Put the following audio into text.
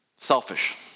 Selfish